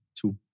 two